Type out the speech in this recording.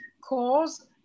cause